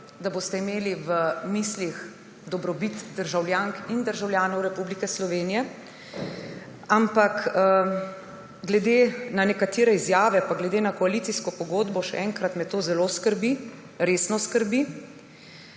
da boste imeli v mislih dobrobit državljank in državljanov Republike Slovenije. Ampak glede na nekatere izjave pa glede na koalicijsko pogodbo še enkrat, me to zelo skrbi, resno skrbi.